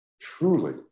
truly